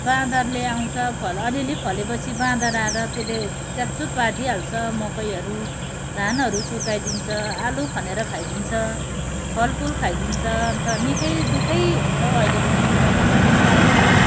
बाँदरले आउँछ फल अलिअलि फलेपछि बाँदर आएर त्यसले च्यातच्युत पारिदिइहाल्छ मकैहरू धानहरू सुर्काइदिन्छ आलु खनेर खाइदिन्छ फलफुल खाइदिन्छ अन्त निकै दुःखै हुन्छ हौ अहिले त खेतीपाती गर्नु पनि साह्रै छ